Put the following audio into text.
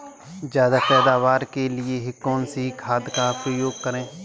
ज्यादा पैदावार के लिए कौन सी खाद का प्रयोग करें?